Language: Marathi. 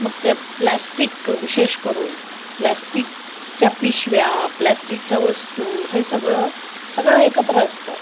मग त्यात प्लॅस्टिक विशेष करून प्लॅस्टिकच्या पिशव्या प्लॅस्टिकच्या वस्तू हे सगळं सगळं एकत्र असतं